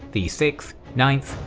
the sixth, ninth,